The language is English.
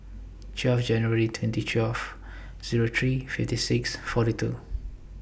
twelve January twenty twelve Zero three fifty six forty two